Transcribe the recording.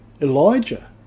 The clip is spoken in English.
Elijah